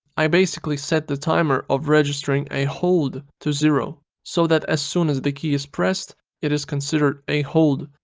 i basically set the time of registering a hold to zero so that as soon as the key is pressed it is considered a hold,